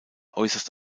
äußerst